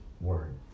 word